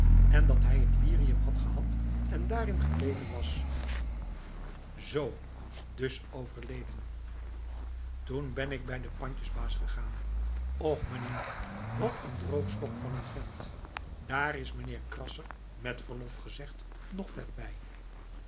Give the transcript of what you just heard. en dat hij het lirium had gehad en daarin gebleven was zoo dus overleden toen ben ik bij den pandjesbaas gegaan och meneer wat een droogstok van een vent daar is meneer krasser met verlof gezegd nog vet bij